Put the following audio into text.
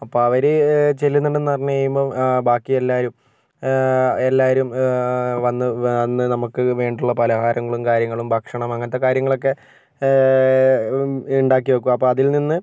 അപ്പം അവര് ചെല്ലുന്നുണ്ടെന്ന് പറഞ്ഞു കഴിയുമ്പോൾ ബാക്കിയെല്ലാരും എല്ലാവരും വന്ന് വന്ന് നമുക്ക് വേണ്ടിയിട്ടുള്ള പലഹാരങ്ങളും കാര്യങ്ങളും ഭക്ഷണവും അങ്ങനത്തെ കാര്യങ്ങളൊക്കെ ഉണ്ടാക്കി വയ്ക്കും അപ്പോൾ അതില് നിന്ന്